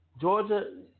Georgia